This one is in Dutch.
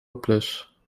plus